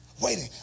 waiting